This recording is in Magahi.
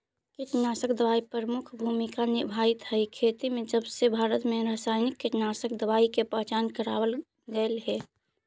कीटनाशक दवाई प्रमुख भूमिका निभावाईत हई खेती में जबसे भारत में रसायनिक कीटनाशक दवाई के पहचान करावल गयल हे